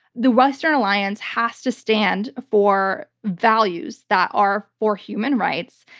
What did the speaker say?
the western alliance has to stand for values that are for human rights,